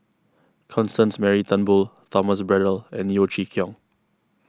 Constance Mary Turnbull Thomas Braddell and Yeo Chee Kiong